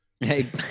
Hey